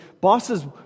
bosses